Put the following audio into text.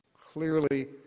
clearly